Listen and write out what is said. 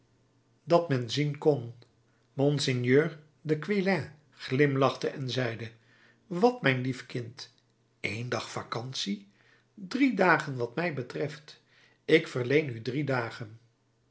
dat men zien kon monseigneur de quélen glimlachte en zeide wat mijn lief kind één dag vacantie drie dagen wat mij betreft ik verleen u drie dagen